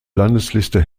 landesliste